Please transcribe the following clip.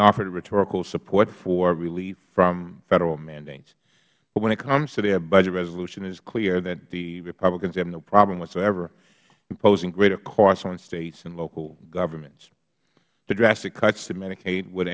offered rhetorical support for relief from federal mandates but when it comes to their budget resolution it is clear that the republicans have no problem whatsoever imposing greater costs on states and local governments the drastic cuts to medica